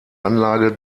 anlage